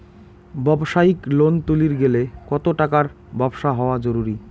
ব্যবসায়িক লোন তুলির গেলে কতো টাকার ব্যবসা হওয়া জরুরি?